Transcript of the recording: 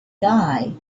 guy